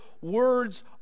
words